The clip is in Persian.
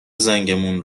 زنگمون